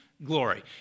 glory